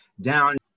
down